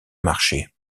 marché